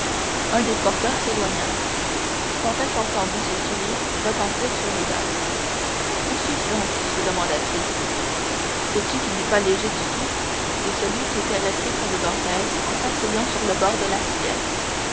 un des porteurs s'éloigna et dantès entendit ses souliers retentir sur les dalles où suis-je donc se demanda-t-il sais-tu qu'il n'est pas léger du tout dit celui qui était resté près de dantès en s'asseyant sur le bord de la civière